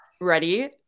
ready